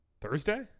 Thursday